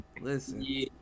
Listen